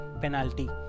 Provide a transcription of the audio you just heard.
penalty